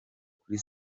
kuri